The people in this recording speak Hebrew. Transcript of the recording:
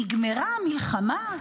נגמרה המלחמה?